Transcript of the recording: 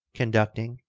conducting,